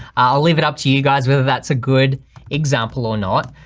i'll leave it up to you guys whether that's a good example or not.